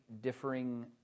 differing